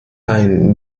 ein